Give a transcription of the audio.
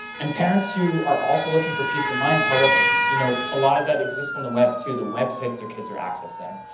and parents who are also looking for peace of mind tell us you know a lot of that exists on the web too, the websites their kids are accessing.